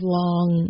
long